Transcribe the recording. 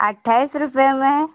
अट्ठाईस रुपये में है